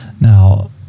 Now